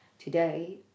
Today